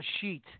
sheet